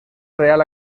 real